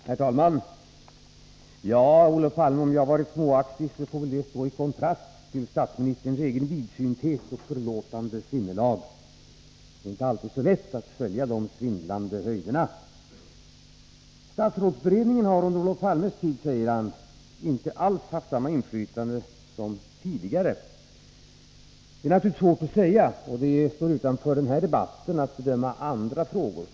Herr talman! Ja, Olof Palme, om jag har varit småaktig så får väl det stå i kontrast till statsministerns egen vidsynthet och förlåtande sinnelag. Det är inte alltid så lätt att följa resonemangen på de svindlande höjderna. Statsrådsberedningen har under Olof Palmes tid, framhåller han, inte alls haft samma inflytande som tidigare. Det är naturligtvis svårt att säga, och det står utanför den här debatten att bedöma andra frågor.